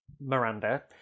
Miranda